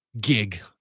gig